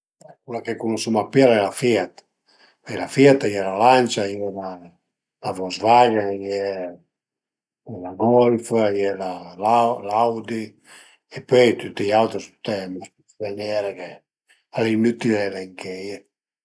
Cula che cunusuma dë pi al e la FIAT, a ie la FIAT, a ie la Lancia, a ie la Volkswagen, a ie la Golf, a ie la l'Audi e pöi tüti i auti a sun tüte, al e inütil elencheie